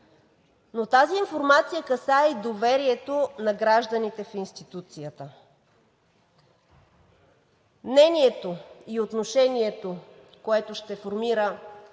Но тази информация касае и доверието на гражданите в институцията. Мнението и отношението, което ще формира